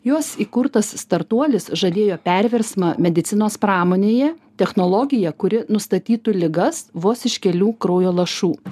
jos įkurtas startuolis žadėjo perversmą medicinos pramonėje technologiją kuri nustatytų ligas vos iš kelių kraujo lašų